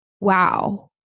wow